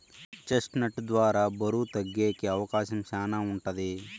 chest నట్ ద్వారా బరువు తగ్గేకి అవకాశం శ్యానా ఉంటది